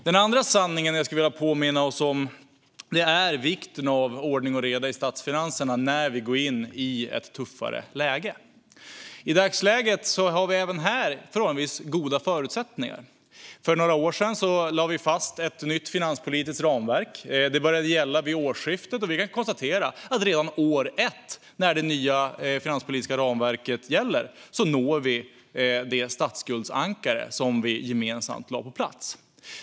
Den andra sanningen jag skulle vilja påminna oss om är vikten av ordning och reda i statsfinanserna när vi går in i ett tuffare läge. I dagsläget har vi även här förhållandevis goda förutsättningar. För några år sedan lade vi fast ett nytt finanspolitiskt ramverk. Det började gälla vid årsskiftet, och vi kan konstatera att redan år ett för det nya finanspolitiska ramverket når vi det statsskuldsankare som vi gemensamt lade på plats.